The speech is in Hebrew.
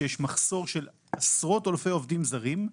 כשיש מחסור של עשרות אלפי עובדים זרים,